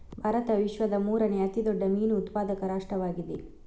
ಭಾರತವು ವಿಶ್ವದ ಮೂರನೇ ಅತಿ ದೊಡ್ಡ ಮೀನು ಉತ್ಪಾದಕ ರಾಷ್ಟ್ರವಾಗಿದೆ